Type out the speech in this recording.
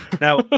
Now